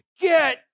get